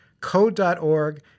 Code.org